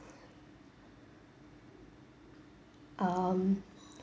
um